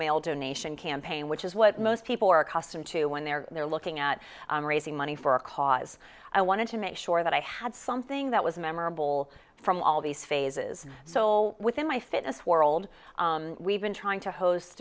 mail donation campaign which is what most people are accustomed to when they're there looking at raising money for a cause i wanted to make sure that i had something that was memorable from all these phases soul within my fitness world we've been trying to hos